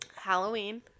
Halloween